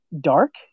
dark